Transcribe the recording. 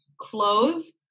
Clothes